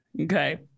Okay